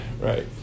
right